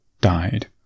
died